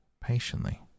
patiently